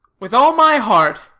with all my heart,